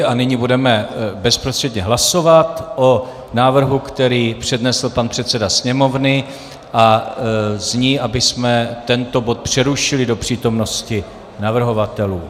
A nyní budeme bezprostředně hlasovat o návrhu, který přednesl pan předseda Sněmovny a zní, abychom tento bod přerušili do přítomnosti navrhovatelů.